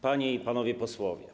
Panie i Panowie Posłowie!